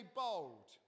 bold